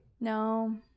No